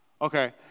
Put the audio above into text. Okay